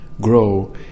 grow